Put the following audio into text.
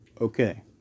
Okay